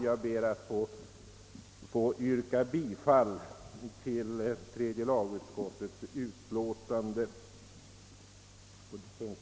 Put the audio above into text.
Jag ber att få yrka bifall till tredje lagutskottets hemställan under punkten B.